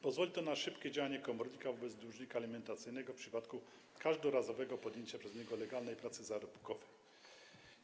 Pozwoli to na szybkie działanie komornika wobec dłużnika alimentacyjnego w przypadku każdorazowego podjęcia przez niego legalnej pracy zarobkowej.